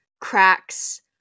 cracks